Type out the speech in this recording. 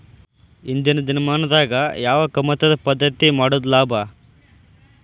ಇಂದಿನ ದಿನಮಾನದಾಗ ಯಾವ ಕಮತದ ಪದ್ಧತಿ ಮಾಡುದ ಲಾಭ?